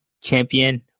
champion